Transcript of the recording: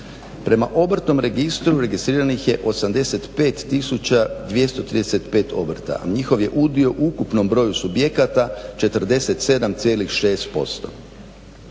Prema obrtnom registru registriranih je 85 tisuća 235 obrta. Njihov je udio u ukupnom broju subjekata 47,6%.